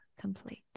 complete